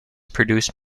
produced